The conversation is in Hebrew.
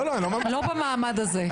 לא במעמד הזה.